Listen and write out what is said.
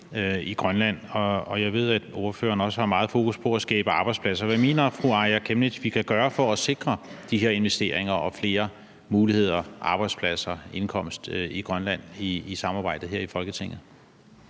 i Grønland, og jeg ved, at ordføreren også har meget fokus på at skabe arbejdspladser. Hvad mener fru Aaja Chemnitz vi kan gøre for at sikre de her investeringer og flere muligheder, arbejdspladser, indkomst i Grønland i samarbejdet her i Folketinget?